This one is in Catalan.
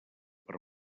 per